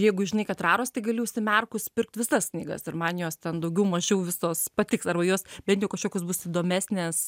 jeigu žinai kad raros tai gali užsimerkus pirkt visas knygas ir man jos ten daugiau mažiau visos patiks arba jos bent jau kažkokios bus įdomesnės